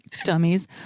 dummies